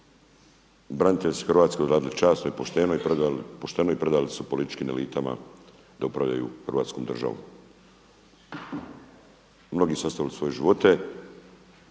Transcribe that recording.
branitelji su Hrvatskoj odradili pošteno i predali su političkim elitama da upravljaju hrvatskom državom. Mnogi su ostavili svoje živote.